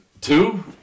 two